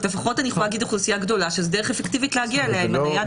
לפחות אני יכולה להגיד על אוכלוסייה גדולה שזו דרך אפקטיבית להגיע אליה.